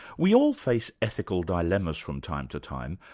we all face ethical dilemmas from time to time,